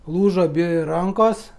lūžo abi rankos